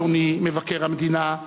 אדוני מבקר המדינה,